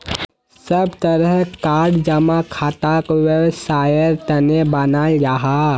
सब तरह कार जमा खाताक वैवसायेर तने बनाल जाहा